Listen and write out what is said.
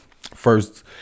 First